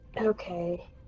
Okay